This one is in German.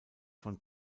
von